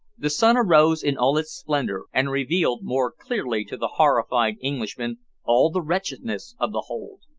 the sun arose in all its splendour, and revealed more clearly to the horrified englishmen all the wretchedness of the hold,